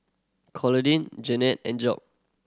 Claudine Jennette and Job